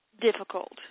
difficult